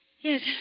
Yes